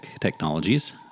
technologies